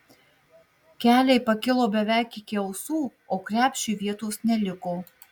keliai pakilo beveik iki ausų o krepšiui vietos neliko